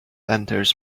enters